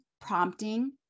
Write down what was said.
prompting